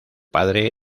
padre